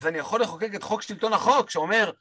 ואני יכול לחוקק את חוק שלטון החוק שאומר